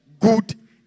good